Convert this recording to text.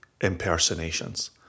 impersonations